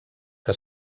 que